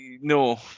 No